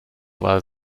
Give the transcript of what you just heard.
war